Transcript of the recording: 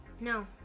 No